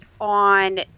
on